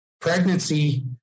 pregnancy